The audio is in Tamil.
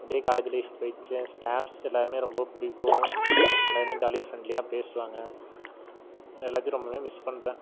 அப்படியே காலேஜ் லைஃப் போய்டுச்சு அந்த ஸ்டாஃப்ஸ் எல்லாருமே ரொம்ப பிடிக்கும் எல்லாருமே ஜாலியாக ஃப்ரெண்ட்லியாக தான் பேசுவாங்க எல்லாத்தையும் ரொம்பவுமே மிஸ் பண்ணுறேன்